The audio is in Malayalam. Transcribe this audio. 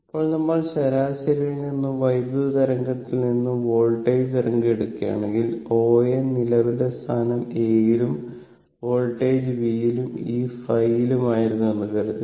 ഇപ്പോൾ നമ്മൾ ശരാശരിയിൽ നിന്നും വൈദ്യുത തരംഗത്തിൽ നിന്നും വോൾട്ടേജ് തരംഗം എടുക്കുകയാണെങ്കിൽ OA നിലവിലെ സ്ഥാനം A യിലും വോൾട്ടേജ് V ലും ഈ ϕ ലും ആയിരുന്നു എന്ന് കരുതുക